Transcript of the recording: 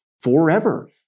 forever